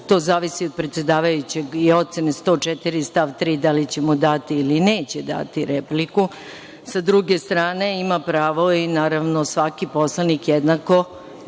to zavisi od predsedavajućeg i ocene, član 104. stav 3, da li će mu dati, ili neće dati repliku. Sa druge strane ima pravo, i naravno, svaki poslanik jednako,